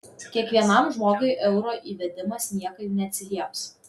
kiekvienam žmogui euro įvedimas niekaip neatsilieps